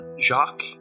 Jacques